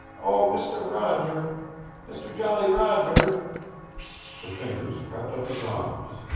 oh, mister roger mister jolly roger her fingers crept up his arms.